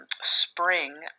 spring